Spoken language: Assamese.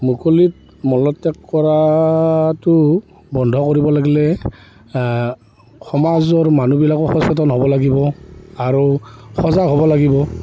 মুকলিত মলত্যাগ কৰাটো বন্ধ কৰিব লাগিলে সমাজৰ মানুহবিলাকো সচেতন হ'ব লাগিব আৰু সজাগ হ'ব লাগিব